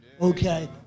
Okay